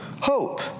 hope